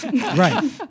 Right